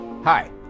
Hi